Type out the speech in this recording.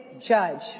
judge